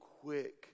quick